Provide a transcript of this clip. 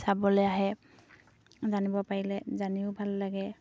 চাবলৈ আহে জানিব পাৰিলে জানিও ভাল লাগে